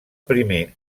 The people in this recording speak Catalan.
primer